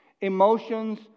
Emotions